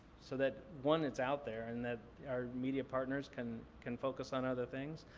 so that one, it's out there, and that our media partners can can focus on other things.